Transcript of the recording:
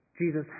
Jesus